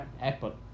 Apple